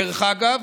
דרך אגב,